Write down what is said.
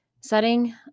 setting –